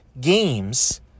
games